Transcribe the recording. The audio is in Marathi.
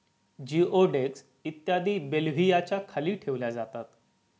जिओडेक्स इत्यादी बेल्व्हियाच्या खाली ठेवल्या जातात